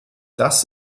das